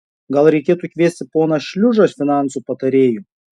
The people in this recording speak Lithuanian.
gal reikėtų kviesti poną šliužą finansų patarėju